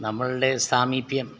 നമ്മളുടെ സാമിപ്യം